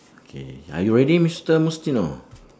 K are you ready mister mustino